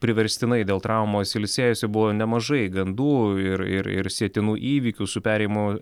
priverstinai dėl traumos ilsėjosi buvo nemažai gandų ir ir ir sietinų įvykių su perėjimu